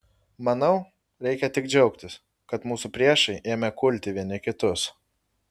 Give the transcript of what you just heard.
manau reikia tik džiaugtis kad mūsų priešai ėmė kulti vieni kitus